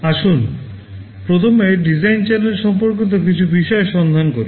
আসুন প্রথমে design challenge সম্পর্কিত কিছু বিষয় সন্ধান করি